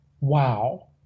Wow